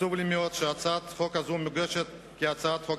עצוב לי מאוד שהצעת החוק הזאת מוגשת כהצעת חוק